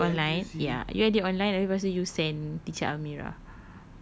ya you edit online ya you edit online abeh lepas tu you send teacher amirah